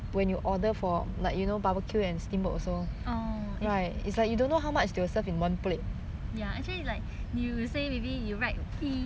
orh ya actually like you say maybe you write 一在那边 or write err or maybe